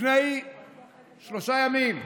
לפני שלושה ימים,